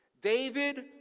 David